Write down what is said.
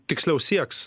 tiksliau sieks